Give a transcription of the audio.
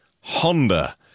Honda